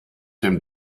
dem